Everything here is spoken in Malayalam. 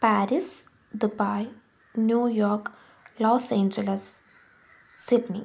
Paris Dubai New York Los Angeles Sydney